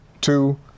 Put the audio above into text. two